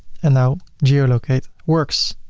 and now geolocate works.